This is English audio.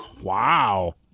wow